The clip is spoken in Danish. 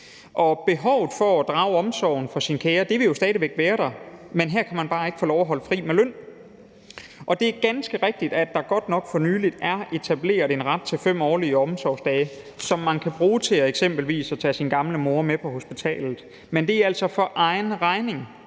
behovet for at drage omsorg for sine kære vil jo stadig væk være der, men her kan man bare ikke få lov at holde fri med løn. Og det er ganske rigtigt, at der godt nok for nylig er etableret en ret til 5 årlige omsorgsdage, som man kan bruge til eksempelvis at tage med sin gamle mor på hospitalet, men det er altså for egen regning,